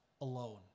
alone